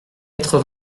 quatre